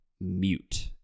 mute